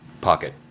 pocket